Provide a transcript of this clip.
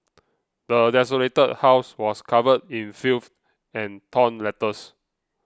the desolated house was covered in filth and torn letters